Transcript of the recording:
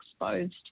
exposed